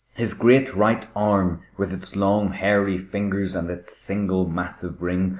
his great right arm, with its long, hairy fingers and its single massive ring,